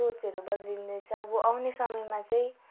सोचहरू बद्लिँदैछ अब आउने समयमा चाहिँ